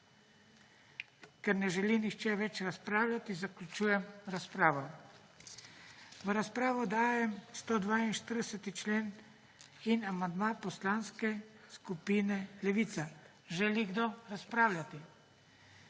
Ker ne želi nihče več razpravljati, zaključujem razpravo. V razpravo dajem 142. člen in amandma Poslanske skupine Levica. Želi kdo razpravljati?